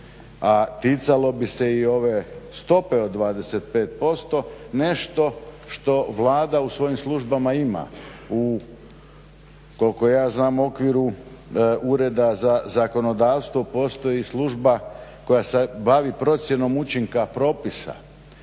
a ticalo bi se i ove stope od 25% nešto što Vlada u svojim službama ima, u koliko ja znam okviru Ureda za zakonodavstvo postoji služba koja se bavi procjenom učinka propisa.